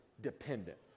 dependent